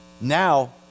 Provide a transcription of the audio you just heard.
now